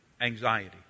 anxiety